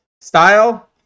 style